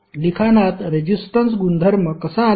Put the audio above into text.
लिखाणात रेझिस्टन्स गुणधर्म कसा आला